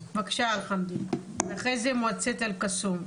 ואחרי זה מועצת אל-קסום.